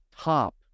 top